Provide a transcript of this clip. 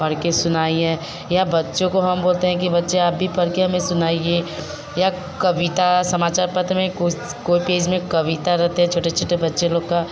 पढ़कर सुनाई है या बच्चों को हम बोलते हैं कि बच्चे आप भी पढ़कर हमें सुनाइए या कविता समाचार पत्र में कुछ कोई पेज में कविता रहते हैं छोटे छोटे बच्चे लोग की